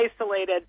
isolated